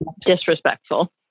disrespectful